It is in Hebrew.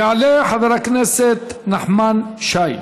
יעלה חבר הכנסת נחמן שי,